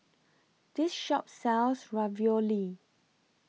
This Shop sells Ravioli